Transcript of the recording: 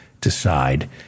decide